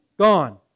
gone